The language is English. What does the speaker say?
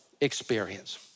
experience